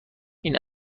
این